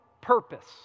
purpose